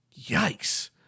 Yikes